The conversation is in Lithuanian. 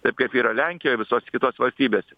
taip kaip yra lenkijoj visose kitose valstybėse